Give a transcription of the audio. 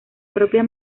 propia